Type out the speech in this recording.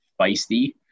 feisty